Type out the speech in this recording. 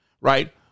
Right